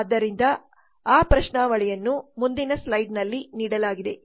ಆದ್ದರಿಂದ ಆ ಪ್ರಶ್ನಾವಳಿಯನ್ನು ಮುಂದಿನ ಸ್ಲೈಡ್ನಲ್ಲಿ ನೀಡಲಾಗಿದೆ